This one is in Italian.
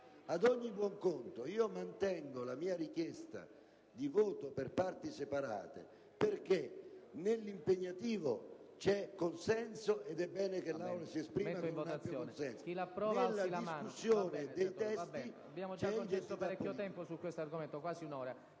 Ad ogni buon conto, mantengo la mia richiesta di votazione per parti separate, perché sul dispositivo c'è consenso, ed è bene che l'Aula si esprima con un ampio consenso, e nella discussione dei testi c'è l'identità politica.